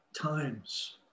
times